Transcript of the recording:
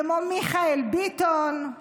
כמו מיכאל ביטון,